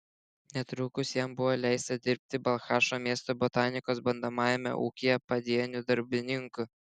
netrukus jam buvo leista dirbti balchašo miesto botanikos bandomajame ūkyje padieniu darbininku